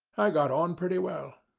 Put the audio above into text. i got on pretty well.